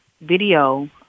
video